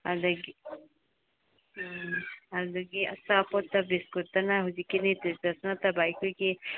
ꯑꯗꯒꯤ ꯎꯝ ꯑꯗꯒꯤ ꯑꯆꯥꯄꯣꯠꯇ ꯕꯤꯁꯀꯨꯠꯇꯅ ꯍꯧꯖꯤꯛꯀꯤ ꯅꯤꯎꯇ꯭ꯔꯤ ꯆꯣꯏꯁ ꯅꯠꯇꯕ ꯑꯩꯈꯣꯏꯒꯤ